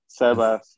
Sebas